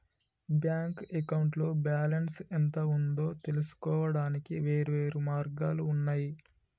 bank అకౌంట్లో balance ఎంత ఉందో తెలుసుకోవడానికి వేర్వేరు మార్గాలు ఉన్నయి